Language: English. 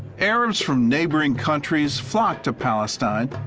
arabs from neighboring countries flocked to palestine,